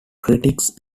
critics